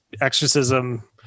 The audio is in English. exorcism